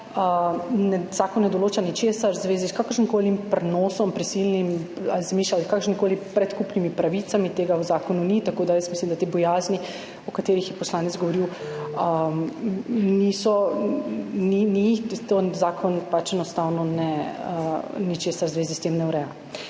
Zakon ne določa ničesar v zvezi s kakršnimkoli prenosom, prisilnim ali zemljišč s kakršnimikoli predkupnimi pravicami. Tega v zakonu ni, tako da mislim, da teh bojazni, o katerih je poslanec govoril, ni. Zakon pač enostavno ničesar v zvezi s tem ne ureja.